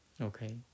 Okay